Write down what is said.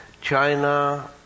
China